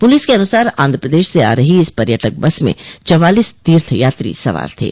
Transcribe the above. police के अनुसार आन्ध्र प्रदेश से आ रही इस पर्यटक बस में चौवालिस तीर्थ यात्री सवार थे